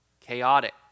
chaotic